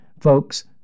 Folks